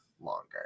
longer